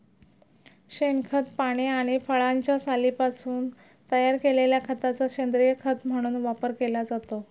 शेणखत, पाने आणि फळांच्या सालींपासून तयार केलेल्या खताचा सेंद्रीय खत म्हणून वापर केला जातो